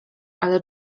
ale